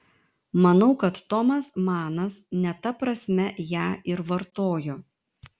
manau kad tomas manas ne ta prasme ją ir vartojo